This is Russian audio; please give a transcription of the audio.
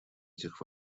этих